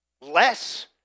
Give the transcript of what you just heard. less